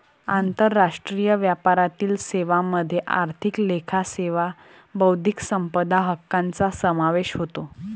आंतरराष्ट्रीय व्यापारातील सेवांमध्ये आर्थिक लेखा सेवा बौद्धिक संपदा हक्कांचा समावेश होतो